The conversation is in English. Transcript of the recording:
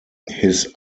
his